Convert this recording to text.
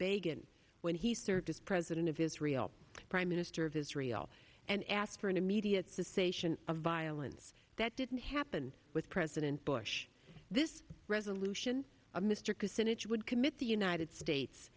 begun when he served as president of israel prime minister of israel and asked for an immediate cessation of violence that didn't happen with president bush this resolution of mr coote sinuiju would commit the united states